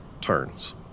turns